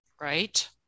right